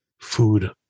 food